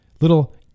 little